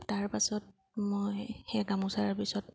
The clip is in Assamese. তাৰ পাছত মই সেই গামোচাৰ পিছত